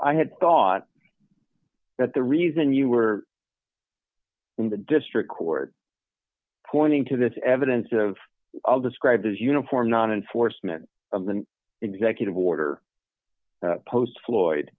i had thought that the reason you were in the district court pointing to this evidence of all described as uniform non enforcement of the executive order post floyd